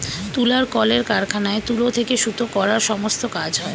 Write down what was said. তুলার কলের কারখানায় তুলো থেকে সুতো করার সমস্ত কাজ হয়